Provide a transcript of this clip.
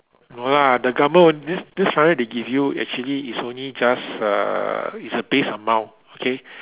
no lah the government won't this this money they give you actually is only just uh is a base amount okay